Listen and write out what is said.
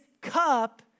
cup